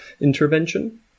intervention